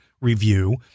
review